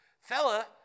Fella